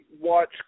watch